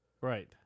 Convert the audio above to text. right